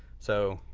so,